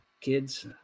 kids